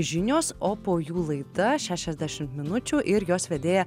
žinios o po jų laida šešiasdešim minučių ir jos vedėja